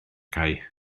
cae